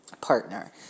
partner